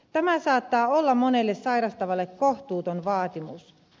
tämä saattaa olla monelle sairastavalle kohtuuton vaatimus